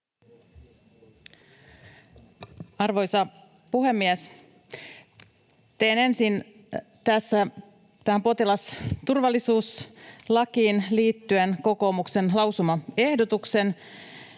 Arvoisa puhemies! Teen ensin tässä potilasturvallisuuslakiin liittyen kokoomuksen lausumaehdotuksen: